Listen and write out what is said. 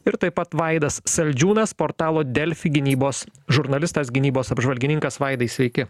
ir taip pat vaidas saldžiūnas portalo delfi gynybos žurnalistas gynybos apžvalgininkas vaidai sveiki